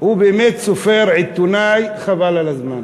הוא באמת סופר, עיתונאי, חבל על הזמן.